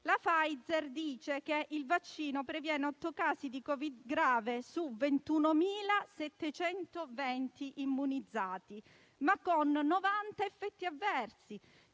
La Pfizer dice che il vaccino previene otto casi di Covid-19 grave su 21.720 immunizzati, ma con 90 effetti avversi.